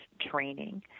training